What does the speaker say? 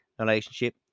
relationship